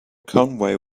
conway